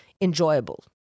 enjoyable